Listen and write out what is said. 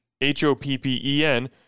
H-O-P-P-E-N